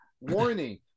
Warning